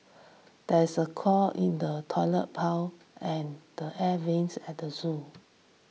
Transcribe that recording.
there is a clog in the Toilet Pipe and the Air Vents at the zoo